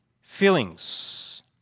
feelings